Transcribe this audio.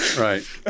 Right